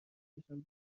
دستشان